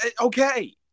okay